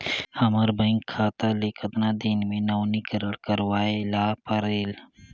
हमर बैंक खाता ले कतना दिन मे नवीनीकरण करवाय ला परेल?